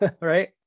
Right